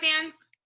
fans